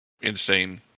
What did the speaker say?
insane